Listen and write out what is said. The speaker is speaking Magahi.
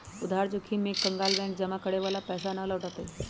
उधार जोखिम में एक कंकगाल बैंक जमा करे वाला के पैसा ना लौटय तय